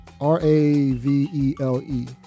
R-A-V-E-L-E